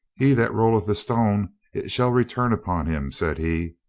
he that roueth a stone, it shall return upon him, said he.